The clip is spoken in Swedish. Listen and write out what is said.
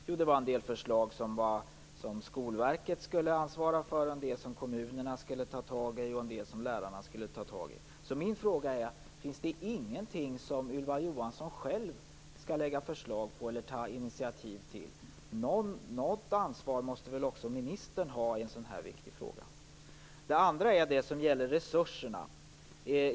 Jo, det var en del förslag som Skolverket skulle ansvara för, en del som kommunerna skulle ta tag i och en del som lärarna skulle ta tag i. Min första fråga är därför: Finns det ingenting som Ylva Johansson själv skall föreslå eller ta initiativ till? Något ansvar måste väl också ministern ha i en sådan här viktig fråga. Den andra frågan gäller resurserna.